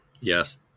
Yes